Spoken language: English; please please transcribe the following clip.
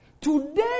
Today